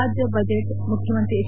ರಾಜ್ಯ ಬಜೆಟ್ ಮುಖ್ಯಮಂತ್ರಿ ಎಚ್